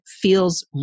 feels